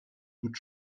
toute